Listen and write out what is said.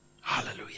Hallelujah